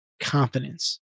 confidence